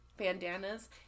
bandanas